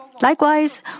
Likewise